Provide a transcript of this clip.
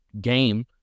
game